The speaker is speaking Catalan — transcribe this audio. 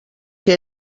que